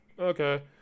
Okay